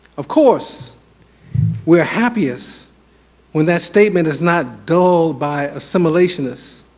of course we're happiest when that statement is not dulled by assimilationists,